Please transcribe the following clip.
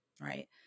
right